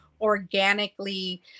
organically